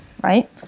right